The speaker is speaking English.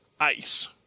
ice